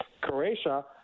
Croatia